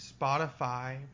Spotify